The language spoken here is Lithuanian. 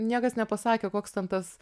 niekas nepasakė koks ten tas